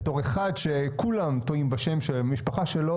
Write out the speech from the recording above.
בתור אחד שכולם טועים בשם המשפחה שלו